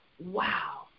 Wow